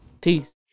Peace